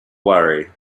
worry